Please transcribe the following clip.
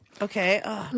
Okay